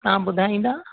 तव्हां ॿुधाईंदा